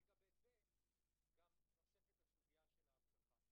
על גבי זה נוספת גם הסוגיה של האבטחה.